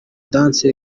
dance